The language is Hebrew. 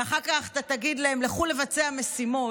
ואחר כך אתה תגיד להם: לכו לבצע משימות,